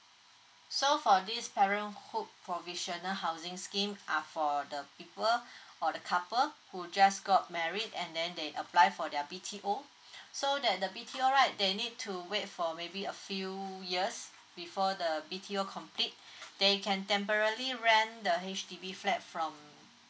so for this parenthood provisional housing scheme are for the people or the couple who just got married and then they apply for their B_T_O so that the B_T_O right they need to wait for maybe a few years before the B_T_O complete they can temporally rent the H_D_B flat from